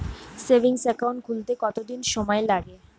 Savings account খুলতে কতদিন সময় লাগে?